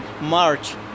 March